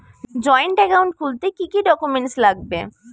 Joint account খুলতে কি কি ডকুমেন্টস লাগবে?